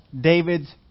David's